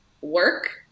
work